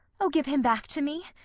oh, give him back to me,